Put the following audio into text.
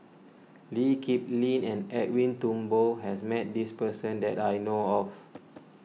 Lee Kip Lin and Edwin Thumboo has met this person that I know of